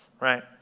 right